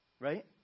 right